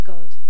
God